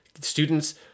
students